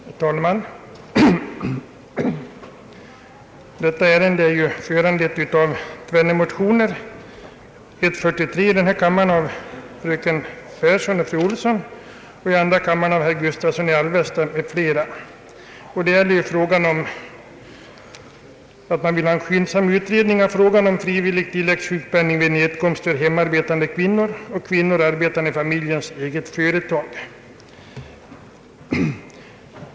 Herr talman! Detta utlåtande är föranlett av tvenne motioner, I: 43 av fröken Pehrsson, Maj, och fru Olsson, Elvy, samt II: 51 av herr Gustavsson i Alvesta m.fl. Man vill ha en skyndsam utredning av frågan om frivillig tilläggssjukpenning vid nedkomst för hemarbetande kvinnor och kvinnor arbetande i familjens eget företag.